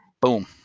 Boom